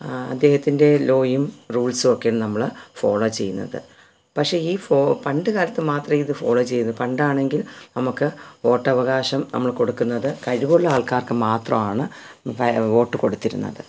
അദ്ദേഹത്തിൻ്റെ ലോയും റൂൾസുവൊക്കെയാണ് നമ്മൾ ഫോളോ ചെയ്യുന്നത് പക്ഷേ ഈ ഫോ പണ്ട് കാലത്ത് മാത്രമെയിത് ഫോളോ ചെയ്തത് പണ്ടാണെങ്കിൽ നമുക്ക് വോട്ടവകാശം നമ്മൾ കൊടുക്കുന്നത് കഴിവുള്ളാൾക്കാർക്ക് മാത്രവാണ് വോട്ടു കൊടുത്തിരുന്നത്